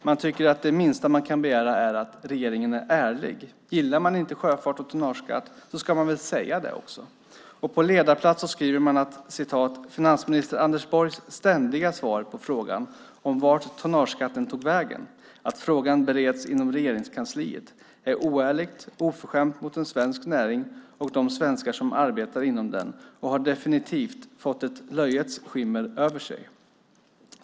Man tycker att det minsta man kan begära är att regeringen är ärlig. Gillar man inte sjöfart och tonnageskatt ska man väl säga det. På ledarplats skriver man: Finansminister Anders Borgs ständiga svar på frågan om vart tonnageskatten tog vägen - att frågan bereds inom Regeringskansliet - är oärligt och oförskämt mot en svensk näring och mot de svenskar som arbetar inom den och har definitivt fått ett löjets skimmer över sig.